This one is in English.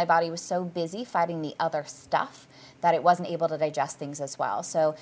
my body was so busy fighting the other stuff that it wasn't able to digest things as well so